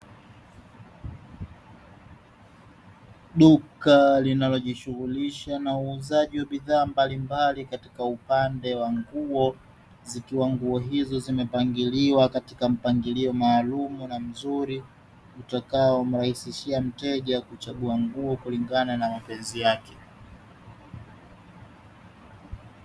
Duka linalojishughulisha na uuzaji wa bidhaa mbalimbali katika upande wa juu nguo. Ikiwa nguo hizo zimepangwa katika mpangilio maalumu na mzuri utakao mrahisishia mteja kuchagua nguo kulingana na mapenzi yake.